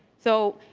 so,